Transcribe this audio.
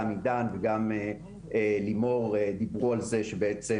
גם עידן וגם לימור דיברו על זה שבעצם